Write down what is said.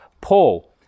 Paul